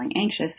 anxious